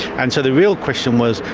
and so the real question was,